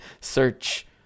search